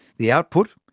the output,